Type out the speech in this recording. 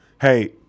Hey